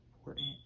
important